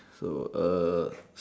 through us